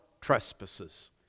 trespasses